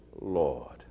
Lord